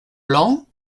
laon